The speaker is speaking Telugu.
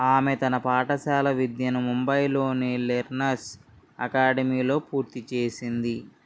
ఆమె తన పాఠశాల విద్యను ముంబైలోని లెర్నర్స్ అకాడమీలో పూర్తి చేసింది